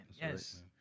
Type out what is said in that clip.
Yes